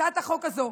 הצעת החוק הזו,